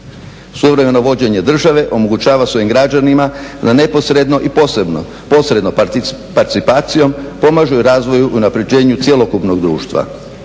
Suvremeno vođenje države omogućava svojim građanima da neposredno i posredno participacijom pomažu razvoju i unapređenju cjelokupnog društva.